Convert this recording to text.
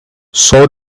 saw